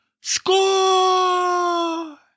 score